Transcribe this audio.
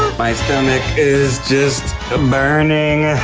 my stomach is just um burning.